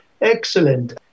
Excellent